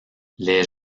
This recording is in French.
les